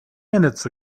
minutes